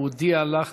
הוא הודיע לך